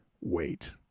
wait